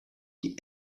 die